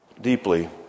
deeply